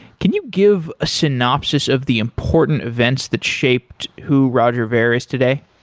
can you give a synopsis of the important events that shaped who roger ver is today?